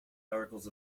articles